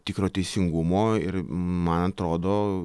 tikro teisingumo ir man atrodo